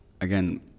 again